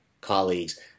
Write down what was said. colleagues